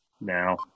Now